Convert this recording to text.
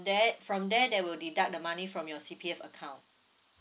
there from there they will deduct the money from your C_P_F account